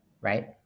Right